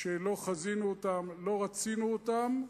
שלא חזינו אותם, לא רצינו אותם,